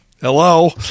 Hello